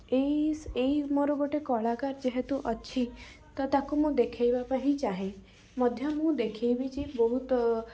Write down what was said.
ଏଇ ଏଇ ମୋର ଗୋଟେ କଳାକାର ଯେହେତୁ ଅଛି ତ ତାକୁ ମୁଁ ଦେଖାଇବା ପାଇଁ ଚାହେଁ ମଧ୍ୟ ମୁଁ ଦେଖାଇଛି ବହୁତ